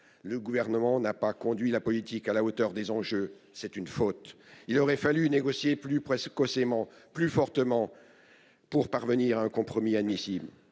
le gouvernement n'a pas conduit la politique à la hauteur des enjeux. C'est une faute, il aurait fallu négocier plus presque ossements plus fortement. Pour parvenir à un compromis admissible.